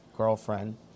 Girlfriend